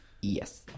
yes